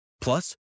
Plus